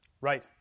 Right